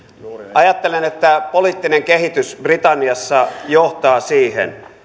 ajattelen että poliittinen kehitys britanniassa johtaa siihen